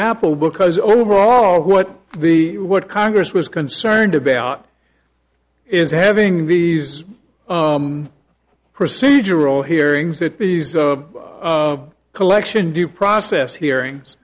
apple because overall what the what congress was concerned about is having these procedural hearings that piece of collection due process hearings